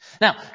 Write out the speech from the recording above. Now